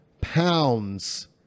pounds